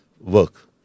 work